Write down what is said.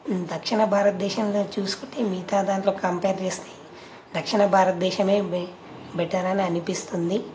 దక్షిణ భారతదేశంలో చూసుకుంటే మిగతా దాంట్లో కంపేర్ చేస్తే దక్షిణ భారతదేశం బె బెటర్ అని అనిపిస్తుంది